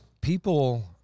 people